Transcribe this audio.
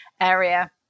area